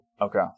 Okay